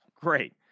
Great